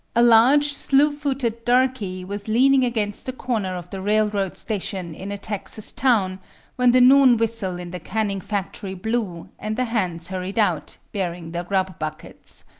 a large, slew-footed darky was leaning against the corner of the railroad station in a texas town when the noon whistle in the canning factory blew and the hands hurried out, bearing their grub buckets.